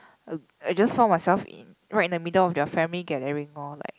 uh I just found myself in right in the middle of their family gathering loh like